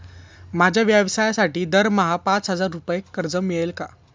माझ्या व्यवसायासाठी दरमहा पाच हजार रुपये कर्ज मिळेल का?